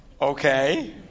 okay